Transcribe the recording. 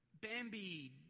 Bambi